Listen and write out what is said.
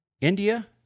India